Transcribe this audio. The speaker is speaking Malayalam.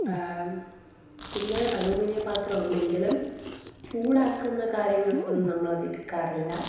പിന്നെ അലൂമിനിയ പാത്രമുണ്ടെങ്കിലും ചൂടാക്കുന്ന കാര്യങ്ങൾക്കൊന്നും നമ്മളത് എടുക്കാറില്ല